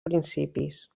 principis